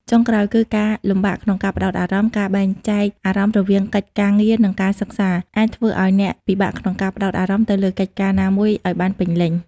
ចុងក្រោយ គឺ ការលំបាកក្នុងការផ្តោតអារម្មណ៍ ការបែងចែកអារម្មណ៍រវាងកិច្ចការងារ និងការសិក្សា អាចធ្វើឱ្យអ្នកពិបាកក្នុងការផ្តោតអារម្មណ៍ទៅលើកិច្ចការណាមួយឱ្យបានពេញលេញ។